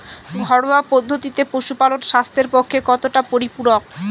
ঘরোয়া পদ্ধতিতে পশুপালন স্বাস্থ্যের পক্ষে কতটা পরিপূরক?